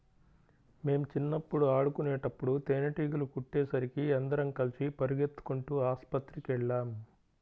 మేం చిన్నప్పుడు ఆడుకునేటప్పుడు తేనీగలు కుట్టేసరికి అందరం కలిసి పెరిగెత్తుకుంటూ ఆస్పత్రికెళ్ళాం